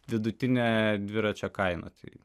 vidutinė dviračio kaina tai